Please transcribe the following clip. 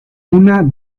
una